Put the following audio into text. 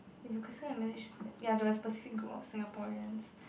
if you could send a message ya to a specific group of Singaporeans